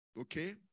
Okay